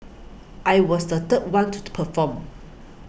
I was the third one to to perform